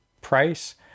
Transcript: price